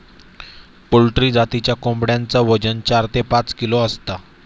poultry जातीच्या कोंबड्यांचा वजन चार ते पाच किलो असता